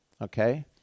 okay